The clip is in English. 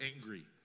angry